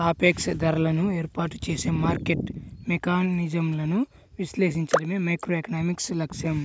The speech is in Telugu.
సాపేక్ష ధరలను ఏర్పాటు చేసే మార్కెట్ మెకానిజమ్లను విశ్లేషించడమే మైక్రోఎకనామిక్స్ లక్ష్యం